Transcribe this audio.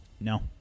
No